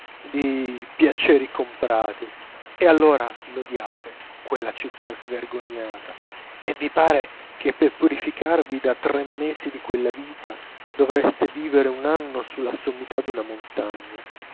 di piaceri comprati e allora l'odiate quella città svergognata e vi pare che per purificarvi da tre mesi di quella vita dovreste vivere un anno sulla sommità d'una montagna